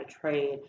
trade